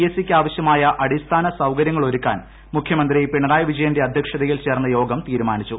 എസ്സിക്ക് ആവശ്യമായ അടിസ്ഥാന സൌകര്യങ്ങൾ ഒരുക്കാൻ മുഖ്യമന്ത്രി പിണറായി വിജയന്റെ അധ്യക്ഷതയിൽ ചേർന്ന യോഗം തീരുമാനിച്ചു